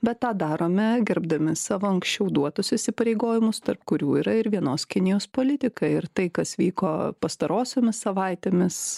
bet tą darome gerbdami savo anksčiau duotus įsipareigojimus tarp kurių yra ir vienos kinijos politika ir tai kas vyko pastarosiomis savaitėmis